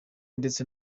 ndetse